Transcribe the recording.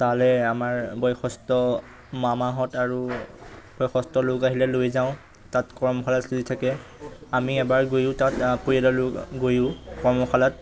তালৈ আমাৰ বয়সস্থ মামাহঁত আৰু বয়সস্থ লোক আহিলে লৈ যাওঁ তাত কৰ্মশালা চলি থাকে আমি এবাৰ গৈয়ো তাত পৰিয়ালৰ লোক গৈয়ো কৰ্মশালাত